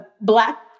black